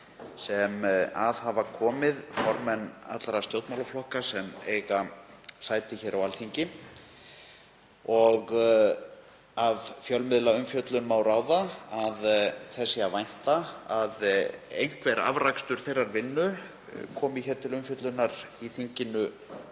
sem að hafa komið formenn allra stjórnmálaflokka sem eiga sæti á Alþingi. Af fjölmiðlaumfjöllun má ráða að þess sé að vænta að einhver afrakstur þeirrar vinnu komi til umfjöllunar í þinginu